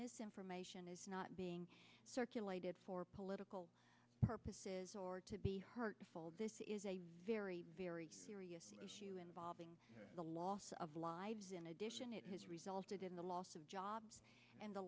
misinformation is not being circulated for political purposes or to be hurtful this is a very very serious valving the loss of lives in addition it has resulted in the loss of jobs and the